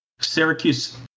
Syracuse